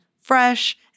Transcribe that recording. fresh